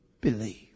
believe